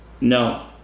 no